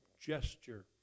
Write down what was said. gesture